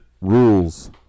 rules